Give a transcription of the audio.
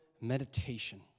meditation